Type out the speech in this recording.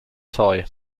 toy